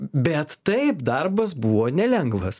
bet taip darbas buvo nelengvas